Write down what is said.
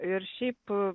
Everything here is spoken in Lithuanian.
ir šiaip